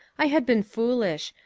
i had been foolish.